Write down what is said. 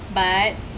but